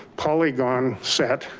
polygon set